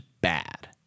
bad